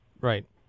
Right